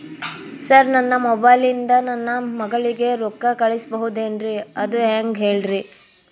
sir ನನ್ನ mobile ಇಂದ ನನ್ನ ಮಗಳಿಗೆ ರೊಕ್ಕಾ ಕಳಿಸಬಹುದೇನ್ರಿ ಅದು ಹೆಂಗ್ ಹೇಳ್ರಿ